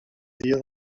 dia